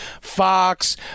fox